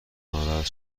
ناراحت